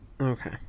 Okay